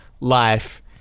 Life